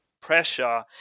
pressure